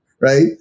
Right